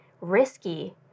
risky